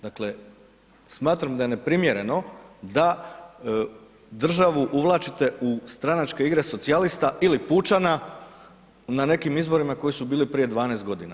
Dakle, smatram da je neprimjerno da državu uvlačite u stranačke igre socijalista ili pučana na nekim izborima koji su bili prije 12 godina.